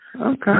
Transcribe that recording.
Okay